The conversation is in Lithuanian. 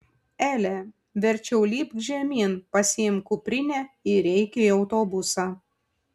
ele verčiau lipk žemyn pasiimk kuprinę ir eik į autobusą